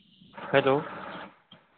hello